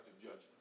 judgment